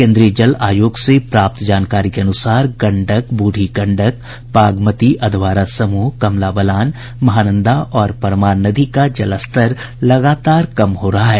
केन्द्रीय जल आयोग से प्राप्त जानकारी के अनुसार गंडक ब्रढ़ी गंडक बागमती अधवारा समूह कमला बलान महानंदा और परमान नदी का जलस्तर लगातार कम हो रहा है